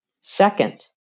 Second